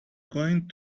going